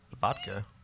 Vodka